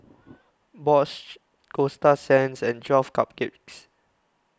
Bosch Coasta Sands and twelve Cupcakes